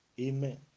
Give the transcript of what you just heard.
Amen